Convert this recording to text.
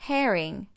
Herring